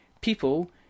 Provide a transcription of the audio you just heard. People